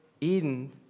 Eden